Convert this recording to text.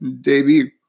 debut